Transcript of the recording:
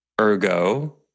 Ergo